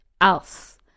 else